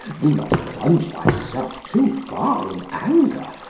do not plunge thyself too far in anger,